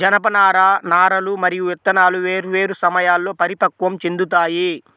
జనపనార నారలు మరియు విత్తనాలు వేర్వేరు సమయాల్లో పరిపక్వం చెందుతాయి